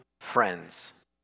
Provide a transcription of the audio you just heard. friends